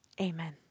Amen